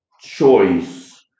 choice